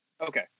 Okay